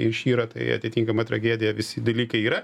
išyra tai atitinkama tragedija visi dalykai yra